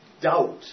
doubt